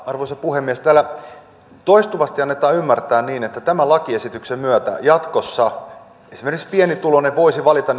arvoisa puhemies täällä toistuvasti annetaan ymmärtää niin että tämän lakiesityksen myötä jatkossa esimerkiksi pienituloinen voisi valita